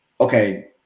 okay